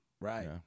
right